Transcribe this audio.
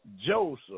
Joseph